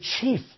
chief